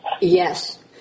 Yes